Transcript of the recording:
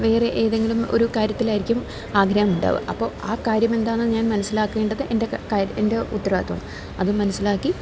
വേറെ ഏതെങ്കിലും ഒരു കാര്യത്തിലായിരിക്കും ആഗ്രഹമുണ്ടാവുക അപ്പോള് ആ കാര്യം എന്താണെന്നു ഞാൻ മനസ്സിലാക്കേണ്ടത് എൻ്റെ ഉത്തരാവാദിത്തമാണ് അതും മനസ്സിലാക്കി